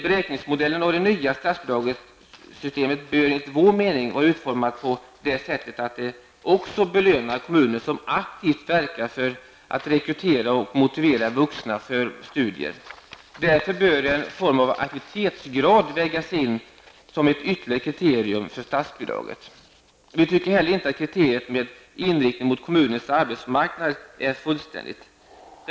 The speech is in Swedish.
Beräkningsmodellen för det nya statsbidragssystemet bör, enligt vår mening, vara utformat på det sättet att det också belönar kommuner som aktivt verkar för att rekrytera och motivera vuxna för studier. Därför bör en form av aktivitetsgrad vägas in som ett ytterligare kriterium för statsbidraget. Vi tycker inte heller att kriteriet med inriktning mot kommunens arbetsmarknad är fullständigt.